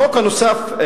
החוק הנוסף,